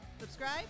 Subscribe